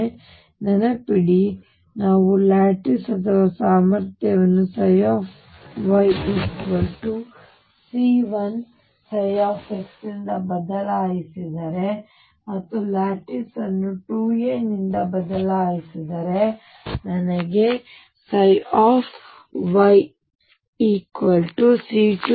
ಆದ್ದರಿಂದ ನೆನಪಿಡಿ ನಾವು ಲ್ಯಾಟಿಸ್ ಅಥವಾ ಸಾಮರ್ಥ್ಯವನ್ನು yC1x ನಿಂದ ಬದಲಾಯಿಸಿದರೆ ಮತ್ತು ನಾವು ಲ್ಯಾಟಿಸ್ ಅನ್ನು 2 a ನಿಂದ ಬದಲಾಯಿಸಿದರೆ ನನಗೆ yC2xಸಿಗುತ್ತದೆ